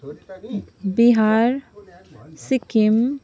Bihar Sikkim